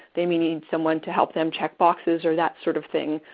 they may need someone to help them check boxes or that sort of thing.